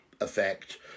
effect